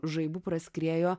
žaibu praskriejo